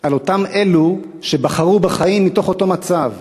על אותם אלו שבחרו בחיים מתוך אותו מצב.